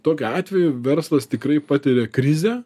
tokiu atveju verslas tikrai patiria krizę